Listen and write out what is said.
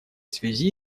связи